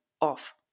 off